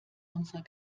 unsere